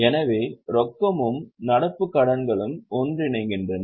எனவே ரொக்கமும் நடப்புக் கடன்களும் ஒன்றிணைகின்றன